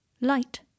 Light